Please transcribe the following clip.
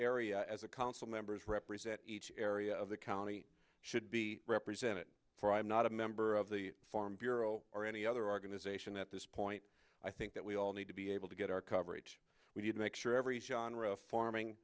area as a council members represent each area of the county should be represented for i am not a member of the farm bureau or any other organization at this point i think that we all need to be able to get our coverage we did make sure every genre forming